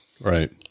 right